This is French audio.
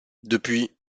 depuis